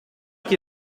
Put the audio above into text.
chi